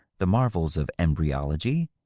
the marvels of embryology,